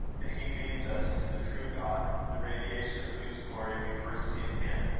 and he leads us to the true god, the radiation of whose glory we first see in him.